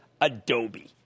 Adobe